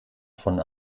von